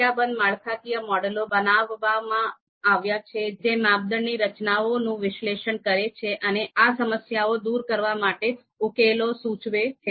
સંખ્યાબંધ માળખાકીય મોડેલો બનાવવામાં આવ્યા છે જે માપદંડની રચનાઓનું વિશ્લેષણ કરે છે અને આ સમસ્યાઓ દૂર કરવા માટે ઉકેલો સૂચવે છે